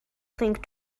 think